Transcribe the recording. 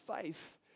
faith